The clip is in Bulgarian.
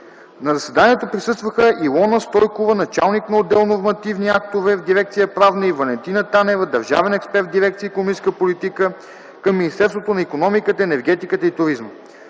На заседанието присъстваха Илона Стойкова – началник на отдел „Нормативни актове” в дирекция „Правна”, и Валентина Танева – държавен експерт в дирекция „Икономическа политика” към Министерството на икономиката, енергетиката и туризма,